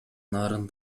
нарын